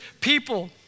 people